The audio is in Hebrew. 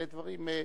ואלה דברים ברורים.